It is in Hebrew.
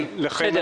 תודה.